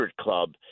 club